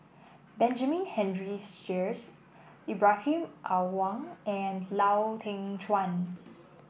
Benjamin Henry Sheares Ibrahim Awang and Lau Teng Chuan